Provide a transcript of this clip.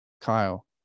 Kyle